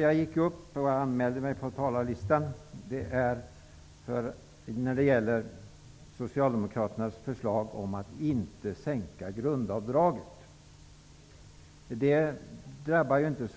Jag anmälde mig på talarlistan med anledning av Socialdemokraternas förslag om att inte sänka grundavdraget. Det drabbar inte